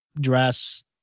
dress